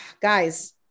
guys